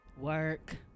work